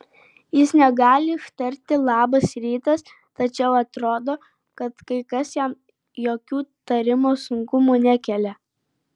jis negali ištarti labas rytas tačiau atrodo kad kai kas jam jokių tarimo sunkumų nekelia